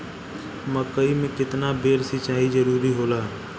मकई मे केतना बेर सीचाई जरूरी होला?